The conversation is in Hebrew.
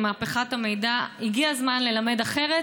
עם מהפכת המידע הגיע הזמן ללמד אחרת,